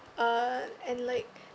uh and like